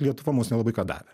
lietuva mums nelabai ką davė